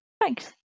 Thanks